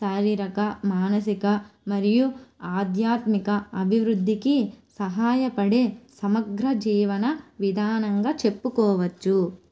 శారీరక మానసిక మరియు ఆధ్యాత్మిక అభివృద్ధికి సహాయపడే సమగ్రజీవన విధానంగా చెప్పుకోవచ్చు